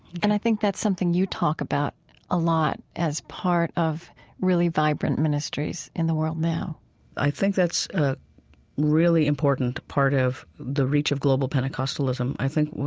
and i think that's something you talk about a lot as part of really vibrant ministries in the world now i think that's a really important part of the reach of global pentecostalism. i think,